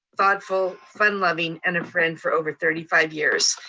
thoughtful, fun-loving, and a friend for over thirty five years.